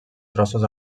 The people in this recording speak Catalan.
trossos